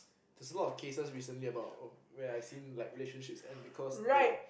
there's a lot of cases recently about where I seen relationships and because they